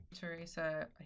Teresa